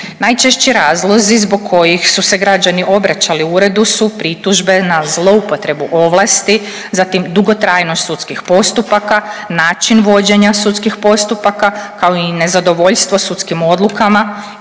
Najčešći razlozi zbog kojih su se građani obraćali uredu su pritužbe na zloupotrebu ovlasti, zatim dugotrajnost sudskih postupaka, način vođenja sudskih postupaka kao i nezadovoljstvo sudskim odlukama